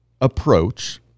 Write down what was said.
approach